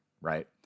right